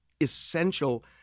essential